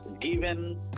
given